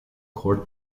court